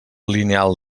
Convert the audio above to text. lineal